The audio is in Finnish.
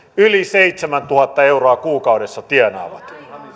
yli seitsemäntuhatta euroa kuukaudessa tienaavat